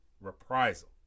reprisal